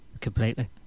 completely